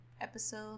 episode